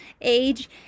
age